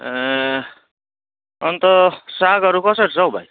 ए अन्त सागहरू कसरी छ हौ भाइ